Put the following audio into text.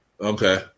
okay